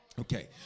okay